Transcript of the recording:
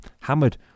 hammered